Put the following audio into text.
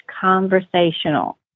conversational